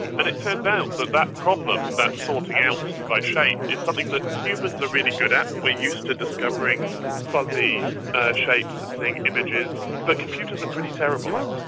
and it turns out that that problem, that sorting out by shape, is something that humans are really good at. we're used to discovering fuzzy shapes and seeing images, but computers are pretty terrible at it.